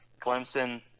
Clemson